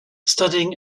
studying